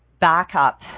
backup